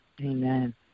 Amen